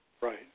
Right